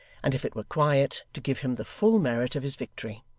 and if it were quiet, to give him the full merit of his victory.